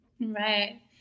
Right